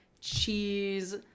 cheese